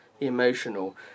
emotional